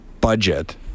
budget